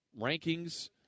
rankings